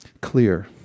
clear